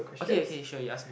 okay okay sure you ask me